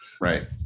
right